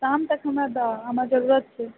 शाम तक हमरा दऽ आ हमरा जरूरत छै